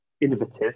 innovative